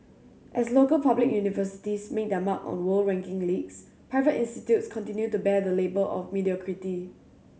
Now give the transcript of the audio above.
as local public universities make their mark on world ranking leagues private institutes continue to bear the label of mediocrity